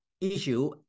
issue